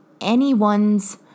anyone's